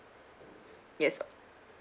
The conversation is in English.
yes